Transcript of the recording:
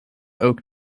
oak